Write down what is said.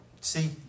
See